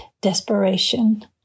desperation